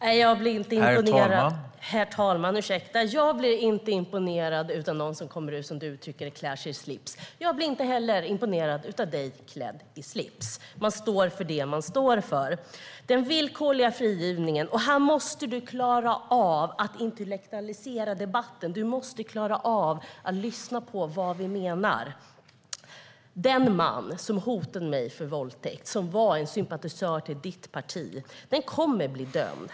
Herr talman! Jag blir inte imponerad av någon som kommer ut, som du tycker klär sig i slips, Adam Marttinen. Jag blir inte heller imponerad av dig klädd i slips. Man står för det man står för. När det gäller den villkorliga frigivningen måste du klara av att intellektualisera debatten. Du måste klara av att lyssna på vad vi menar. Den man som hotade mig med våldtäkt, som sympatiserade med ditt parti, kommer att bli dömd.